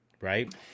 Right